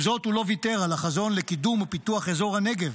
עם זאת הוא לא ויתר על החזון לקידום ופיתוח אזור הנגב